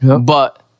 but-